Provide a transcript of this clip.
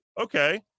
okay